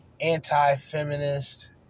anti-feminist